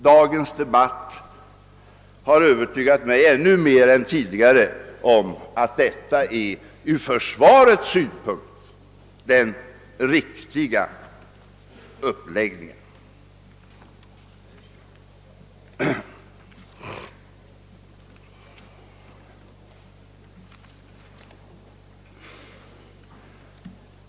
Dagens debatt har gjort mig ännu mer övertygad än tidigare om att detta är den ur försvarets synpunkt riktiga uppläggningen.